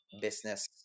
business